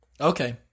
Okay